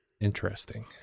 Interesting